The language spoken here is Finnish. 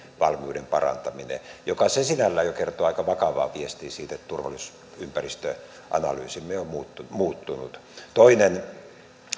valmiuden parantaminen joka jo sinällään kertoo aika vakavaa viestiä siitä että turvallisuusympäristöanalyysimme on muuttunut toinen